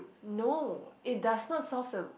no it does not solve the